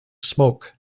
smoke